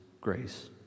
grace